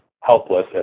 helpless